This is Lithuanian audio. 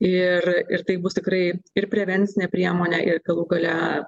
ir ir taip bus tikrai ir prevencinė priemonė ir galų gale